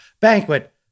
banquet